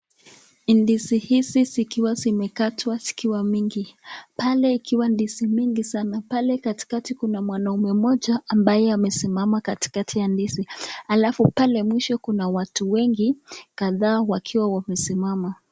Ndizi hizi zikiwa zimekatwa zikiwa mingi, pale ikiwa ndizi mingi sana na pale katikati kuna mwanaume mmoja ambaye amesimama katikati ya ndizi , halafu pale mwisho kuna watu wengi kadhaa wakiwa wamesimama.